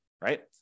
right